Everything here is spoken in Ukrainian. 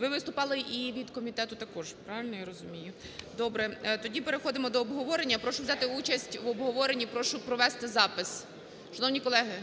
ви виступали і від комітету також, правильно я розумію? Добре. Тоді переходимо до обговорення. Прошу взяти участь в обговоренні, прошу провести запис. Шановні колеги,